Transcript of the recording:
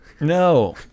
No